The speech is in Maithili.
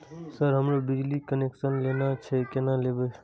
सर हमरो बिजली कनेक्सन लेना छे केना लेबे?